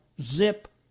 zip